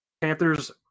Panthers